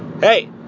Hey